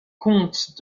comte